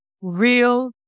real